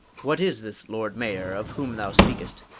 what is this lord mayor of whom thou speakest?